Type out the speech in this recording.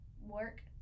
work